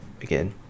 again